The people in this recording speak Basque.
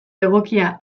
egokia